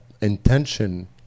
intention